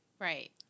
right